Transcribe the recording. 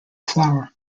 flower